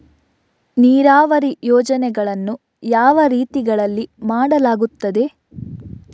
ನೀರಾವರಿ ಯೋಜನೆಗಳನ್ನು ಯಾವ ರೀತಿಗಳಲ್ಲಿ ಮಾಡಲಾಗುತ್ತದೆ?